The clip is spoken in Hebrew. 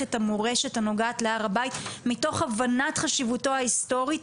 את המורשת הנוגעת להר הבית מתוך הבנת חשיבותו ההיסטורית,